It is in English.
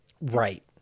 Right